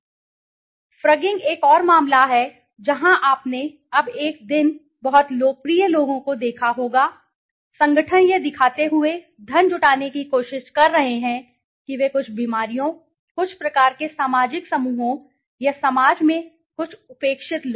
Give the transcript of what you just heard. मैंने अभी कहा फ्रगिंग एक और मामला है जहां आपने अब एक दिन बहुत लोकप्रिय लोगों को देखा होगा संगठन यह दिखाते हुए धन जुटाने की कोशिश कर रहे हैं कि वे कुछ बीमारियों कुछ प्रकार के सामाजिक समूहों या समाज में कुछ उपेक्षित लोग